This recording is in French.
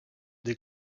des